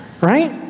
right